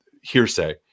hearsay